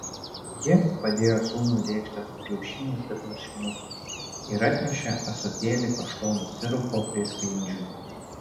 ji padėjo sūnui lėkštę su kiaušiniais ir lašinukais ir atnešė ąsotėlį kaštonų sirupo prie sklindžių